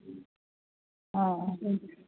ओ